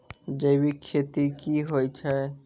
जैविक खेती की होय छै?